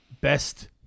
best